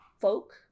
folk